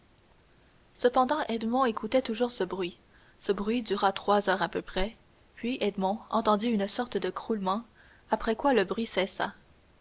cependant edmond écoutait toujours ce bruit ce bruit dura trois heures à peu près puis edmond entendit une sorte de croulement après quoi le bruit cessa